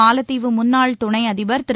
மாலத்தீவு முன்னாள் துணை அதிபர் திரு